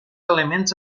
elements